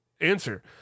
answer